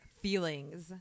feelings